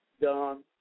done